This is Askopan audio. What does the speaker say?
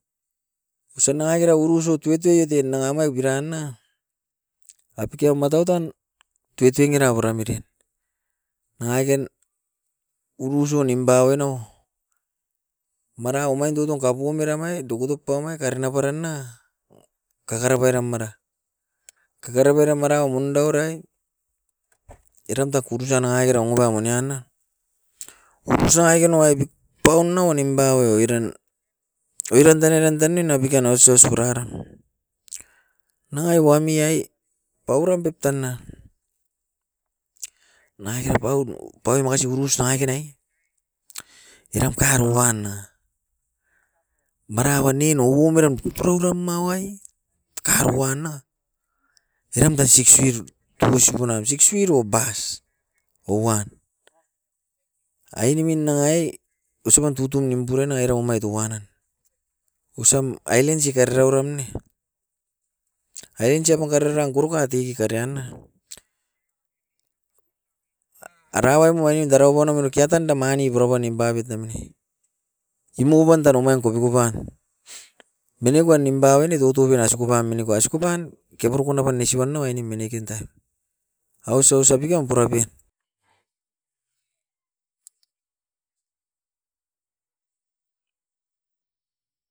Osan nangakera urusu tuitui utin nangamai biran na apike auma toutan tuituin era puram uran. Nangaken urusu nimpa oin nou mana omain tutun kapua mera mai dukudup pau me karina paran na, kakara pairam mara. Kakara paira mara undau erai eram takurusa nangakera nguraku nian na nip pau uo nimpauo oiran. Oiran tan eran tan nen apikan aus aus pura eram. Nangai wami ai pauuram pep tan na, nangakera apaun, paun makasi urus nangakain nai eram karou wan na, mara wan ne owom eram ukutu raura mau ai kakaro wan na eram ta six wir tuousugou nao six wir o bus owan. Ainemin nangai, osipan tutu nimpuran nai romait tuanam, osam ailens i kakarau eram ne, ailens iam kakarang goroka tek i karian na. Arawa muaini tara wan na mu kiata anda mani purapua nimpanoit namuni, imuban tara omain kopikoban. Mineku animpauini toutouben asikopa miniko. Asikopan, keburukon abanisi muan nou ainemin nia kenta. Aus aus apikiam purapian.